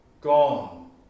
Gone